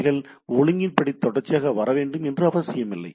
அவைகள் ஒழுங்கின்படி தொடர்ச்சியாக வரவேண்டும் என்று அவசியமில்லை